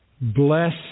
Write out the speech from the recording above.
Bless